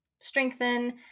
strengthen